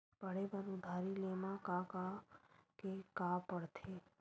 पढ़े बर उधारी ले मा का का के का पढ़ते?